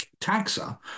taxa